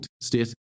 state